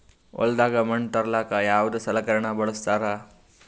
ಹೊಲದಾಗ ಮಣ್ ತರಲಾಕ ಯಾವದ ಸಲಕರಣ ಬಳಸತಾರ?